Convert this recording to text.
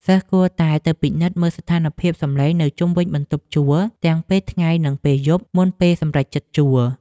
សិស្សគួរតែទៅពិនិត្យមើលស្ថានភាពសំឡេងនៅជុំវិញបន្ទប់ជួលទាំងពេលថ្ងៃនិងពេលយប់មុនពេលសម្រេចចិត្តជួល។